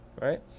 right